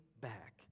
back